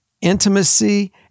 intimacy